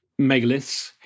megaliths